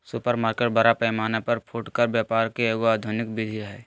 supermarket बड़ा पैमाना पर फुटकर व्यापार के एगो आधुनिक विधि हइ